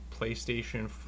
PlayStation